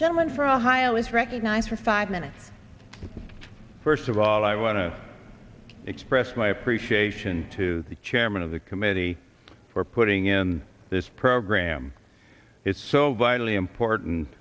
gentleman from ohio is recognized for five minutes first of all i want to express my appreciation to the chairman of the committee for putting in this program it's so vitally important